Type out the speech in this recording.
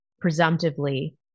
presumptively